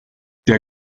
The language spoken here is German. der